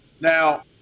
Now